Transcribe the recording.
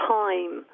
time